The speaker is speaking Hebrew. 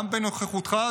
גם בנוכחותך,